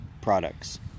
products